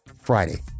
Friday